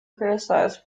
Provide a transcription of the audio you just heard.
criticized